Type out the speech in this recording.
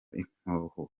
inkoho